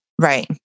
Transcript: Right